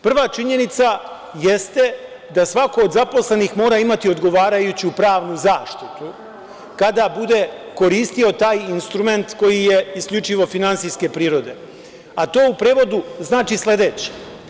Prva činjenica jeste, da svako od zaposlenih mora imati odgovarajuću pravnu zaštitu, kada bude koristio taj instrument koji je isključivo finansijske prirode, a to u prevodu znači sledeće.